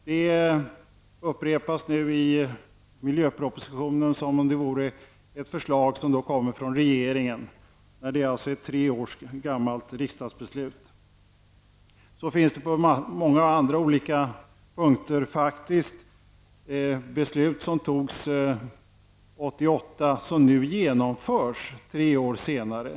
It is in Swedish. Det upprepas nu i miljöpropositionen som om det vore ett förslag som kommer från regeringen när det i själva verket är ett tre år gammalt riksdagsbeslut. På många andra punkter är det fråga om beslut som fattades 1988 och som nu genomförs tre år senare.